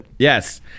Yes